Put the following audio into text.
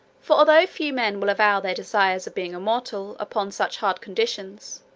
for although few men will avow their desires of being immortal, upon such hard conditions,